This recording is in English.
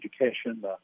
education